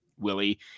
Willie